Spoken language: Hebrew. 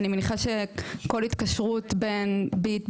אני מניחה שכל התקשרות בין "ביט",